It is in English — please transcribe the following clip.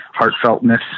heartfeltness